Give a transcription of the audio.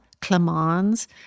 Clemens